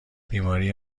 بیماری